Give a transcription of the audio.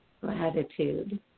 gratitude